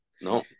no